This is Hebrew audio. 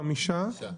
חמישה.